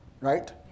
Right